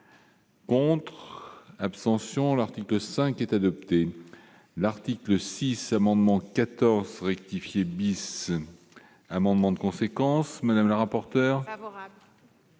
Compte. Abstentions : l'article 5 est adopté l'article 6 amendements 14 fructifier bis amendement de conséquence Madame la rapporteure. Sagesse.